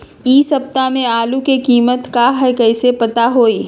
इ सप्ताह में आलू के कीमत का है कईसे पता होई?